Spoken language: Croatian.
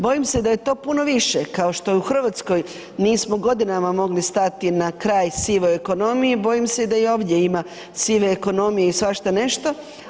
Bojim se da je to puno više, kao što u Hrvatskoj nismo godinama mogli stati na kraj sivoj ekonomiji, bojim se da i ovdje ima sive ekonomije i svašta nešto.